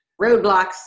roadblocks